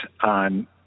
on